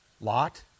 Lot